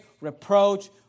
reproach